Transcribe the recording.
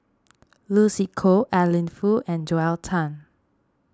Lucy Koh Adeline Foo and Joel Tan